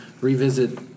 revisit